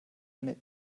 eine